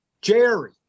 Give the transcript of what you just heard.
Jerry